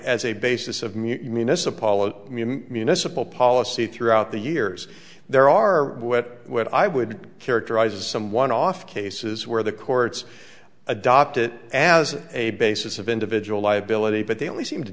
as a basis of municipal municipal policy throughout the years there are what i would characterize as some one off cases where the courts adopt it as a basis of individual liability but they only seem to